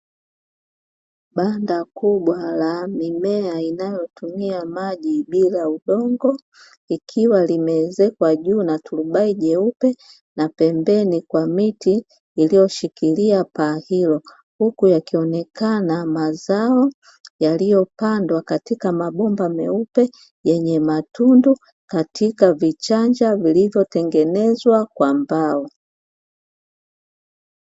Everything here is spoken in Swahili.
Banda kubwa la mimea inayotumia maji bila bila udongo likiwa limeezekwa juu na turubai jeupe na pembeni kwa miti iliyoshikilia paa hilo, huku yakionekana mazao yaliyopandwa katika mabomba meupe yenye matundu katika vichanja vilivyotengenezwa kwa mbao.